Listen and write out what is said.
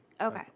Okay